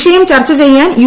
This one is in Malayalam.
വിഷയം ചർച്ച ചെയ്യാൻ യു